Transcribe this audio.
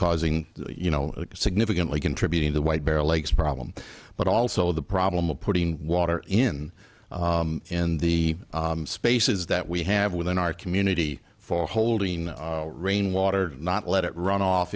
causing you know significantly contributing the white bear lakes problem but also the problem of putting water in in the spaces that we have within our community for holding the rainwater not let it run off